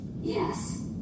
Yes